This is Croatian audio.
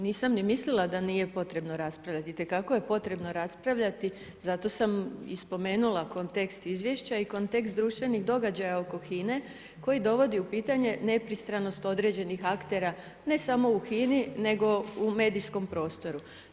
Nisam ni mislila da nije potrebno raspravljati, itekako je potrebno raspravljati zato sam i spomenula kontekst izvješća i kontekst društvenih događaja oko HINA-e koja dovodi u nepristranost određenih aktera ne samo u HINA-i nego u medijskom prostoru.